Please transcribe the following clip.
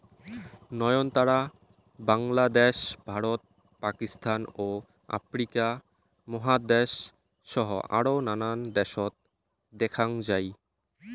নয়নতারা বাংলাদ্যাশ, ভারত, পাকিস্তান ও আফ্রিকা মহাদ্যাশ সহ আরও নানান দ্যাশত দ্যাখ্যাং যাই